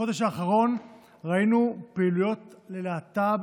בחודש האחרון ראינו פעילויות ללהט"ב